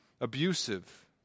abusive